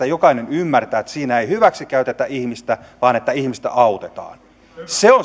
jokainen ymmärtää että siinä ei hyväksikäytetä ihmistä vaan että ihmistä autetaan se on